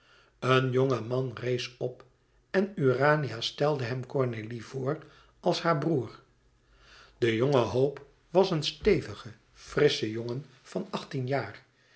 een jonge man rees op en urania stelde hem cornélie voor als haar broêr de jonge hope was een stevige frissche jongen van achttien jaar